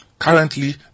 Currently